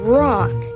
rock